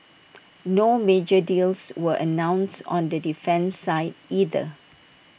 no major deals were announced on the defence side either